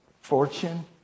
fortune